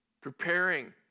preparing